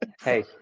Hey